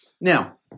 Now